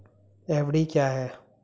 FD क्या है?